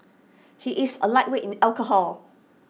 he is A lightweight in alcohol